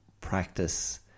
practice